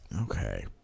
Okay